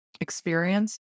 experience